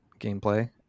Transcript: gameplay